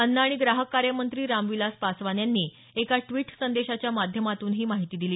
अन्न आणि ग्राहक कार्य मंत्री रामविलास पासवान यांनी एका ट्विट संदेशाच्या माध्यमातून ही माहिती दिली